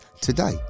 today